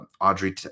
Audrey